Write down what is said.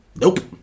Nope